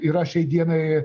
yra šiai dienai